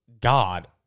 God